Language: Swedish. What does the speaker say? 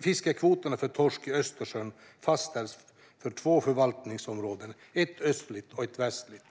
Fiskekvoterna för torsk i Östersjön fastställs för två förvaltningsområden, ett östligt och ett västligt.